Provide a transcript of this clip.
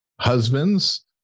husbands